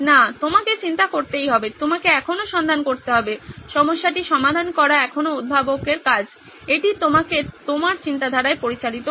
না আপনাকে চিন্তা করতেই হবে আপনাকে এখনও সন্ধান করতে হবে সমস্যাটি সমাধান করা এখনও উদ্ভাবকের কাজ এটি আপনাকে আপনার চিন্তাধারায় পরিচালিত করে